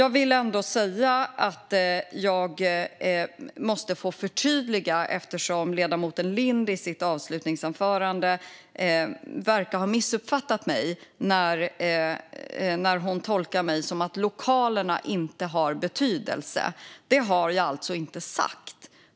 Ledamoten Lind verkar i sitt avslutningsanförande ha missuppfattat mig när hon tolkar mig som att lokalerna inte har betydelse. Det har jag alltså inte sagt.